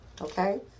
okay